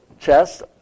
Chest